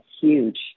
huge